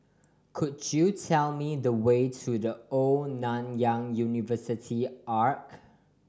could you tell me the way to The Old Nanyang University Arch